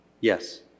Yes